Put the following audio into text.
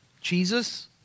Jesus